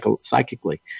psychically